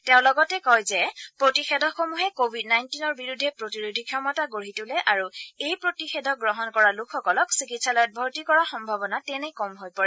তেওঁ লগতে কয় যে প্ৰতিষেধকসমূহে কোৱিড নাইণ্টিনৰ বিৰুদ্ধে প্ৰতিৰোধী ক্ষমতা গঢ়ি তোলে আৰু এই প্ৰতিষেধক গ্ৰহণ কৰা লোকসকলক চিকিৎসালয়ত ভৰ্তি কৰাৰ সম্ভাৱনা তেনেই কম হৈ পৰে